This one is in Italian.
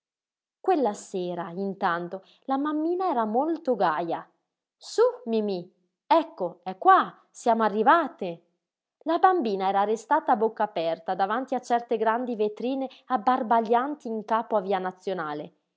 quella sera intanto la mammina era molto gaja sú mimí ecco è qua siamo arrivate la bambina era restata a bocca aperta davanti a certe grandi vetrine abbarbaglianti in capo a via nazionale